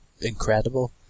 incredible